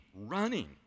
running